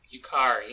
Yukari